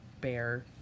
bear